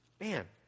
Man